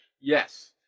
Yes